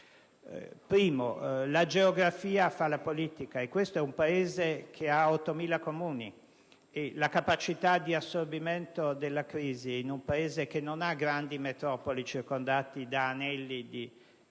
luogo, la geografia fa la politica. Questo è un Paese che ha 8.000 Comuni. La capacità di assorbimento della crisi in un Paese che non ha grandi metropoli circondate da anelli di